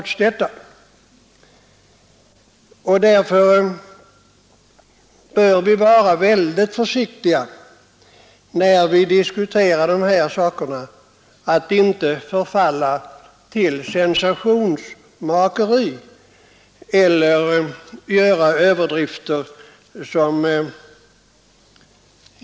Vi bör vara väldigt försiktiga när vi diskuterar dessa frågor, så att vi inte förfaller till sensationsmakeri eller överdrifter.